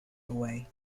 away